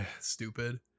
stupid